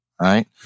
right